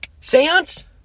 seance